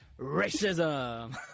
Racism